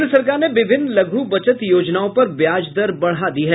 केन्द्र सरकार ने विभिन्न लघू बचत योजनाओं पर ब्याज दर बढ़ा दी है